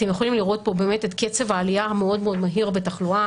אתם יכולים לראות פה את קצב העלייה המאוד מהיר בתחלואה